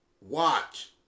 Watch